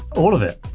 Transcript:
all of it,